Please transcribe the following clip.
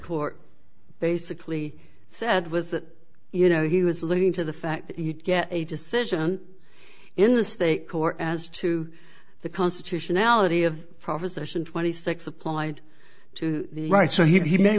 court basically said was that you know he was listening to the fact that you'd get a decision in the state court as to the constitutionality of proposition twenty six applied to the right so he